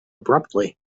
abruptly